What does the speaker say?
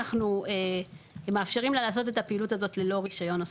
אנחנו מאפשרים לה לעשות את הפעילות הזאת ללא רישיון נוסף.